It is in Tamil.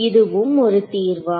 இதுவும் ஒரு தீர்வா